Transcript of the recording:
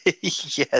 Yes